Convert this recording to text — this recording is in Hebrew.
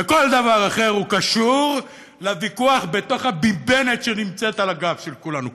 וכל דבר אחר קשור לוויכוח בתוך הביבנט שנמצאת על הגב של כולנו כאן,